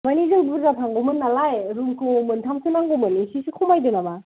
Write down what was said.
मानि जों बुरजा थांगौमोन नालाय रुमखौ मोनथामसो नांगौमोन एसेसो खमायदो नामा